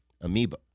amoeba